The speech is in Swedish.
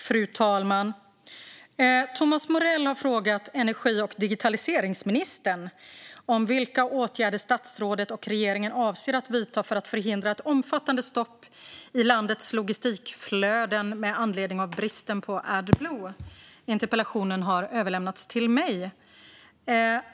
Fru talman! Thomas Morell har frågat energi och digitaliseringsministern vilka åtgärder statsrådet och regeringen avser att vidta för att förhindra ett omfattande stopp i landets logistikflöden med anledning av bristen på Adblue. Interpellationen har överlämnats till mig.